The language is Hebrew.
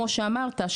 כמו שאמרת,